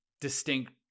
distinct